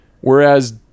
Whereas